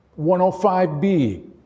105b